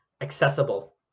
accessible